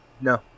No